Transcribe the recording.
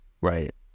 right